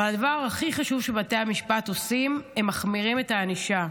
אבל הדבר הכי חשוב שבתי המשפט עושים הוא שהם מחמירים את הענישה.